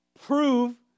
prove